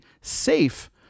safe